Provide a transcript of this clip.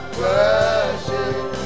worship